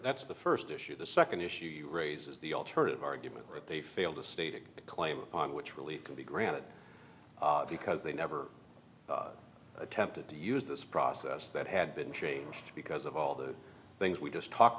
that's the first issue the second issue you raise is the alternative argument that they failed to state a claim upon which really can be granted because they never attempted to use this process that had been changed because of all the things we just talked